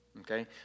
Okay